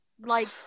like-